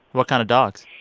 what kind of dogs?